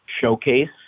showcase